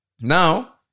Now